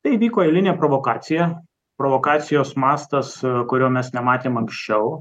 tai įvyko eilinė provokacija provokacijos mastas kurio mes nematėm anksčiau